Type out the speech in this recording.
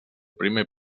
primer